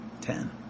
Ten